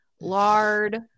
lard